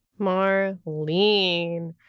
Marlene